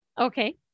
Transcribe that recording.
Okay